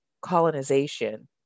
colonization